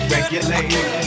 Regulate